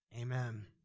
Amen